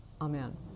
Amen